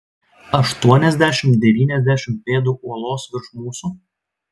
aštuoniasdešimt devyniasdešimt pėdų uolos virš mūsų